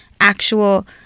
actual